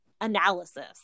analysis